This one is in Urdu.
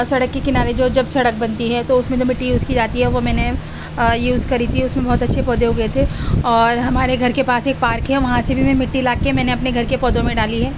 سڑک کے کنارے جو جب سڑک بنتی ہے تو اس میں جو مٹی یوز کی جاتی ہے وہ میں نے یوز کری تھی اس میں بہت اچھے پودے اگے تھے اور ہمارے گھر کے پاس ہی ایک پارک ہے وہاں سے بھی میں مٹی لا کے میں نے اپنے گھر کے پودوں میں ڈالی ہے